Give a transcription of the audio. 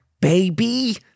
baby